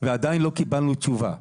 ועדיין לא קיבלנו תשובה.